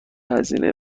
هزینه